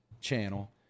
channel